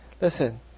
listen